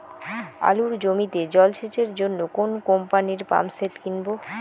আলুর জমিতে জল সেচের জন্য কোন কোম্পানির পাম্পসেট কিনব?